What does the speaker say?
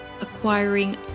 acquiring